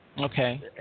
Okay